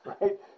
right